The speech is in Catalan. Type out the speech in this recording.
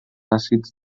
àcids